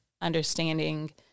understanding